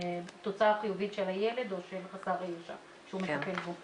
התוצאה החיובית של הילד או של חסר הישע שהוא מטפל בו.